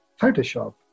Photoshop